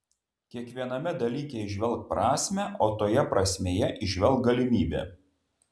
kiekviename dalyke įžvelk prasmę o toje prasmėje įžvelk galimybę